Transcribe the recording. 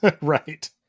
Right